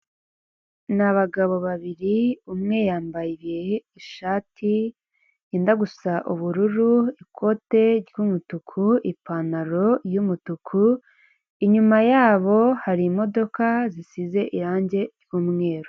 Ni abagabo babiri umwe yambaye ishati yenda gusa ubururu ikote ry'umutuku ipantaro y'umutuku, inyuma yabo hari imodoka zisize irange ry'umweru.